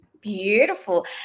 Beautiful